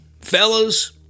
fellas